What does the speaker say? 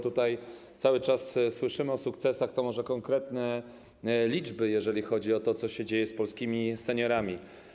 Tutaj cały czas słyszymy o sukcesach, to może konkretne liczby, jeżeli chodzi o to, co się dzieje z polskimi seniorami.